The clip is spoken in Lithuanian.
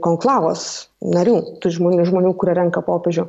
konklavos narių tų žmonių žmonių kurie renka popiežių